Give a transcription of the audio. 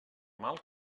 mal